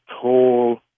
tall